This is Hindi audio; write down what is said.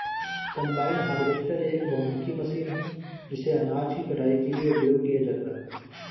कंबाइन हार्वेस्टर एक बहुमुखी मशीन है जिसे अनाज की कटाई के लिए उपयोग किया जाता है